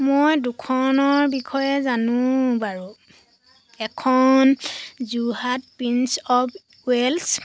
মই দুখনৰ বিষয়ে জানো বাৰু এখন যোৰহাট প্ৰিন্স অৱ ৱেলছ